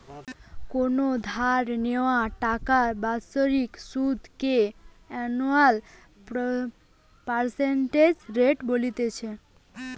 কোনো ধার নেওয়া টাকার বাৎসরিক সুধ কে অ্যানুয়াল পার্সেন্টেজ রেট বলতিছে